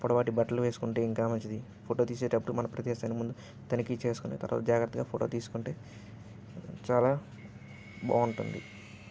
పొడవాటి బట్టలు వేసుకుంటే ఇంకా మంచిది ఫోటో తీసేటప్పుడు మన ప్రదేశాన్ని ముందు తనిఖీ చేసుకొని తరువాత జాగ్రత్తగా ఫోటో తీసుకుంటే చాలా బాగుంటుంది